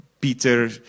Peter